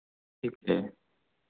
ठीक है